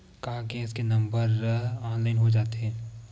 का गैस के नंबर ह ऑनलाइन हो जाथे?